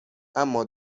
اما